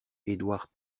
édouard